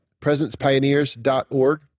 presencepioneers.org